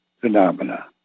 phenomena